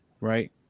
right